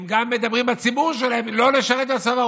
הם גם מדברים בציבור שלהם על לא לשרת בצבא,